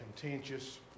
contentious